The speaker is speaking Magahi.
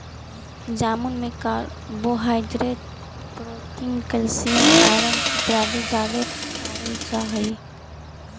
जामुन में कार्बोहाइड्रेट प्रोटीन कैल्शियम आयरन इत्यादि जादे पायल जा हई